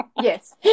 Yes